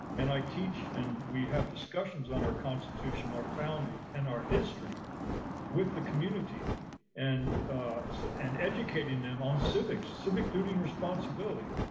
and i teach and we have discussions on our constitutional founding and our history with the community and so and educating them on civic civic duty responsibility,